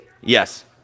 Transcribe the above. Yes